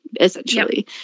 essentially